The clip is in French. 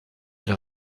elle